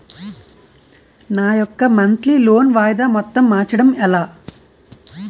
నా యెక్క monthly loan వాయిదా మొత్తం మార్చడం ఎలా?